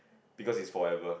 because it's forever